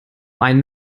einen